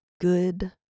good